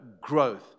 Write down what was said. growth